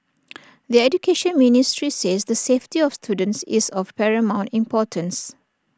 the Education Ministry says the safety of students is of paramount importance